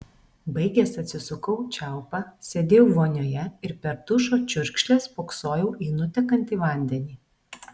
baigęs atsisukau čiaupą sėdėjau vonioje ir per dušo čiurkšles spoksojau į nutekantį vandenį